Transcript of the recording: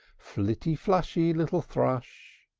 flitty, flushy, little thrush!